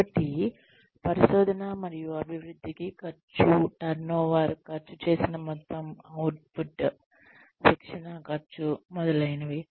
కాబట్టి పరిశోధన మరియు అభివృద్ధికి ఖర్చు టర్నోవర్ ఖర్చు చేసిన మొత్తం అవుట్పుట్ శిక్షణ ఖర్చు మొదలైనవి